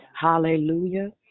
Hallelujah